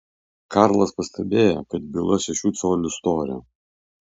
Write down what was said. karlas pastebėjo kad byla šešių colių storio